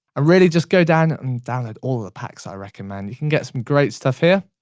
ah really just go down and download all the packs i reckon, man, you can get some great stuff here.